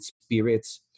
spirits